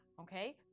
Okay